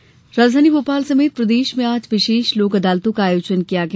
लोक अदालत राजधानी भोपाल समेत प्रदेश में आज विशेष लोक अदालतों का आयोजन किया गया